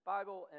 Bible